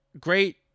great